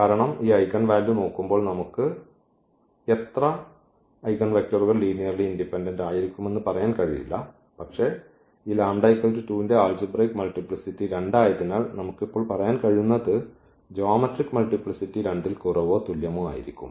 കാരണം ഈ ഐഗൻവാല്യൂ നോക്കുമ്പോൾ നമുക്ക് എത്ര ഐഗൻവെക്റ്ററുകൾ ലീനിയർലി ഇൻഡിപെൻഡന്റ് ആയിരിക്കുമെന്ന് പറയാൻ കഴിയില്ല പക്ഷേ ഈ λ 2 ന്റെ ആൾജിബ്രയ്ക് മൾട്ടിപ്ലിസിറ്റി 2 ആയതിനാൽ നമുക്ക് ഇപ്പോൾ പറയാൻ കഴിയുന്നത് ജ്യോമെട്രിക് മൾട്ടിപ്ലിസിറ്റി 2 ൽ കുറവോ തുല്യമോ ആയിരിക്കും